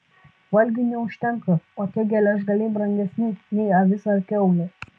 valgiui neužtenka o tie geležgaliai brangesni nei avis ar kiaulė